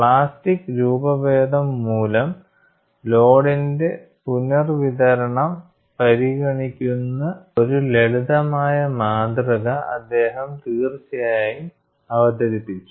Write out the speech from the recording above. plastic deformation മൂലം ലോഡിന്റെ പുനർവിതരണം പരിഗണിക്കുന്ന ഒരു ലളിതമായ മാതൃക അദ്ദേഹം തീർച്ചയായും അവതരിപ്പിച്ചു